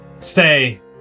stay